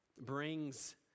brings